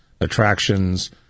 attractions